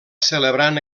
celebrant